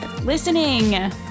listening